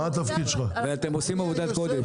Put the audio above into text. אבל אתם עושים עבודת קודש.